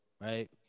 right